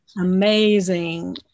amazing